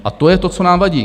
A to je to, co nám vadí.